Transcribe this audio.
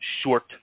short